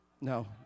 No